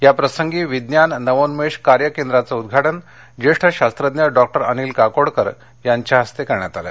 याप्रसंगी विज्ञान नवोन्मेष कार्य केंद्राचं उद्गाटन ज्येष्ठ शास्त्रज्ञ डॉक्टर अनिल काकोडकर यांच्या हस्ते यावेळी झालं